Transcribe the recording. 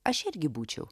aš irgi būčiau